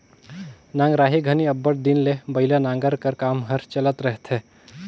नगराही घनी अब्बड़ दिन ले बइला नांगर कर काम हर चलत रहथे